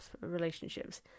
relationships